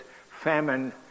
famine